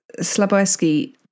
Slabowski